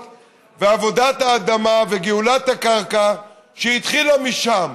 לבין עבודת האדמה וגאולת הקרקע שהתחילה משם.